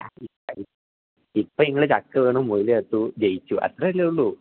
അ ഇപ്പ ഇപ്പ ഇങ്ങള് ചക്ക വീണു മുയല് ചത്തു ജയിച്ചു അത്രയല്ലെ ഒള്ളൂ